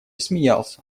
смеялся